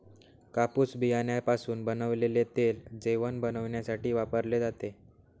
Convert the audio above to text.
कापूस बियाण्यापासून बनवलेले तेल जेवण बनविण्यासाठी वापरले जाते